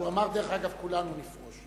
הוא אמר, דרך אגב: כולנו נפרוש.